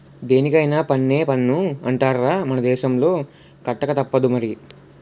దేనికైన పన్నే పన్ను అంటార్రా మన దేశంలో కట్టకతప్పదు మరి